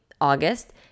August